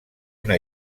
una